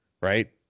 right